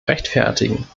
rechtfertigen